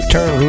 Turn